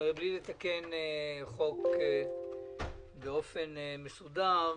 בלי לתקן חוק יסוד באופן מסודר,